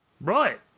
right